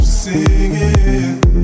singing